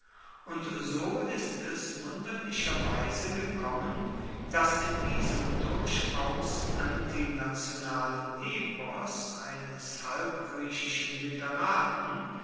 und so ist es wunderlicherweise gekommen dass in diesem durchaus antinationalen epos eines halbgriechischen literaten